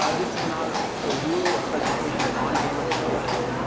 um this is not ah really a presentation on gamification.